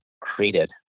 created